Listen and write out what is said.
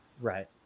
right